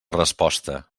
resposta